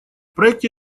проекте